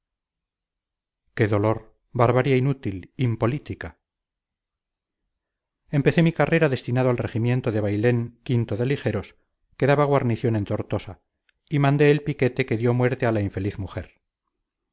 qué dolor barbarie inútil impolítica empecé mi carrera destinado al regimiento de bailén o de ligeros que daba guarnición en tortosa y mandé el piquete que dio muerte a la infeliz mujer